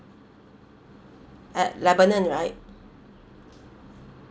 at lebanon right